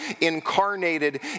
incarnated